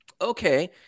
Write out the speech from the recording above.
okay